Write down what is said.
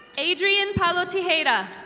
adrian palotihayda.